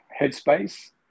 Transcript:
headspace